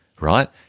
Right